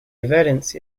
valance